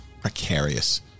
precarious